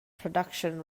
production